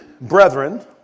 brethren